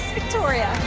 victoria.